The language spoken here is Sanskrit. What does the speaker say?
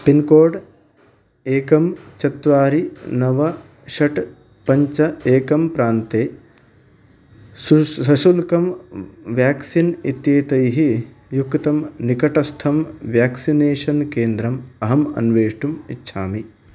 पिन्कोड् एकं चत्वारि नव षट् पञ्च एकं प्रान्ते सशुल्कं वाक्क्सीन्स् इत्येतैः युक्तं निकटस्थं व्याक्सिनेषन् केन्द्रम् अहम् अन्वेष्टुम् इच्छामि